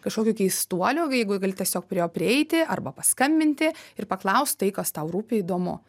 kažkokiu keistuoliu jeigu gali tiesiog prie jo prieiti arba paskambinti ir paklaust tai kas tau rūpi įdomu